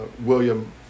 William